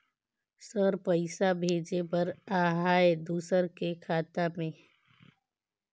Sir पइसा भेजे बर आहाय दुसर के खाता मे?